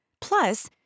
Plus